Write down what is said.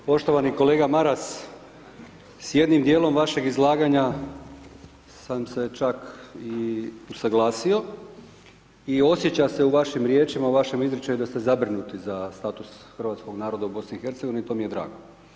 Poštovani kolega Maras, s jednim djelom vašeg izlaganja sam se čak i usuglasio i osjeća se u vašim riječima, u vašem izričaju da ste zabrinuti za status hrvatskog naroda u BiH i to mi je drago.